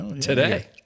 today